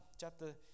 chapter